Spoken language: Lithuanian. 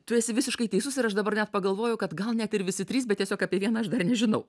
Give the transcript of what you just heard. tu esi visiškai teisus ir aš dabar net pagalvojau kad gal net ir visi trys bet tiesiog apie vieną aš dar nežinau